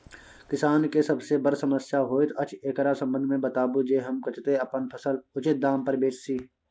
किसान के सबसे बर समस्या होयत अछि, एकरा संबंध मे बताबू जे हम कत्ते अपन फसल उचित दाम पर बेच सी?